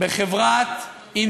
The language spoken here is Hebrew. אולי אני טועה,